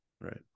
Right